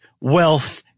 wealth